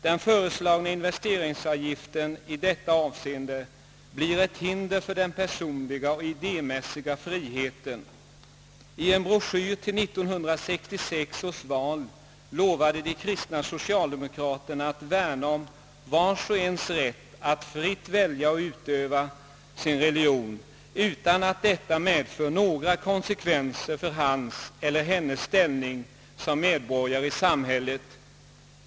Den föreslagna investeringsavgiften blir i detta avseende ett hinder för den personliga och idémässiga friheten. I en broschyr till 1966 års val lovade de kristna socialdemokraterna att värna om vars och ens rätt att fritt välja och utöva sin religion utan att detta medför några konsekvenser för hans eller hennes ställning som medborgare i samhället.